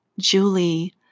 Julie